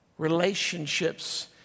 relationships